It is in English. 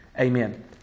Amen